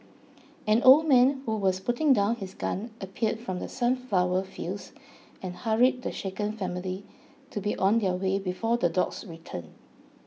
an old man who was putting down his gun appeared from the sunflower fields and hurried the shaken family to be on their way before the dogs return